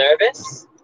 nervous